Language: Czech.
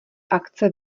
akce